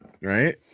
Right